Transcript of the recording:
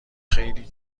خیلی